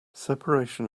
separation